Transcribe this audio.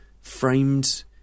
framed